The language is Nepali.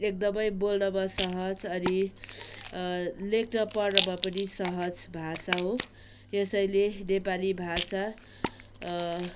एकदमै बोल्नमा सहज अनि लेख्न पढ्नमा पनि सहज भाषा हो यसैले नेपाली भाषा